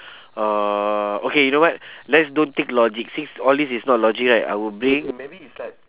uh okay you know what let's don't think logic since all these is not logic right I will bring